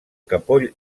capoll